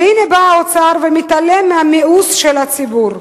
והנה בא האוצר ומתעלם מהמיאוס של הציבור.